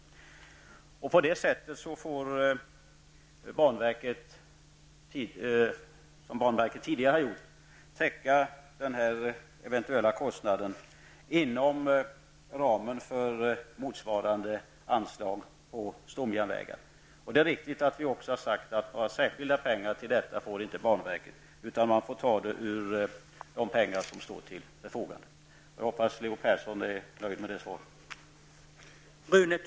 Banverket får, som det tidigare gjort, täcka den eventuella kostnaden inom ramen för motsvarande anslag till stomjärnvägar. Det är riktigt att vi också har sagt att några särskilda pengar till detta får inte banverket, utan man får ta av pengar som står till förfogande. Jag hoppas att Leo Persson är nöjd med det svaret.